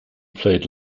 played